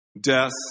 death